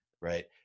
right